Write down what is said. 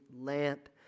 lamp